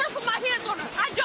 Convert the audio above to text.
my hands on